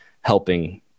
helping